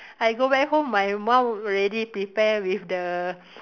I go back home my mum already prepare with the